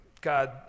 God